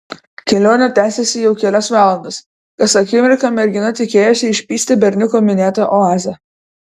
kelionė tęsėsi jau kelias valandas kas akimirką mergina tikėjosi išvysti berniuko minėtą oazę